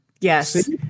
Yes